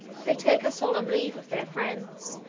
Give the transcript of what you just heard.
they take a solemn leave of their friends,